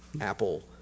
Apple